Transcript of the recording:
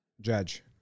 Judge